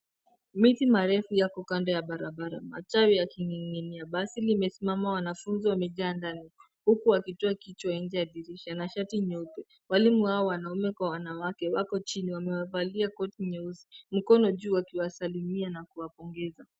Miti marefu yako kando ya barabara, matawi yakining'inia. Basi limesimama wanafunzi wamejaa ndani huku wakitoa kichwa nje ya dirisha na shati nyeupe. Walimu wao, wanaume kwa wanawake, wako chini, wamevalia koti nyeusi, mkono juu, wakiwasalimia na kuwapongeza.